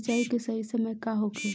सिंचाई के सही समय का होखे?